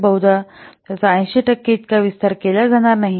तर बहुधा त्याचा 80 टक्के इतका विस्तार केला जाणार नाही